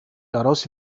daraus